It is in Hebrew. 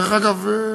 דרך אגב,